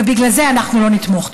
ובגלל זה אנחנו לא נתמוך.